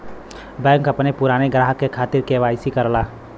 bank अपने पुराने ग्राहक के खातिर के.वाई.सी करला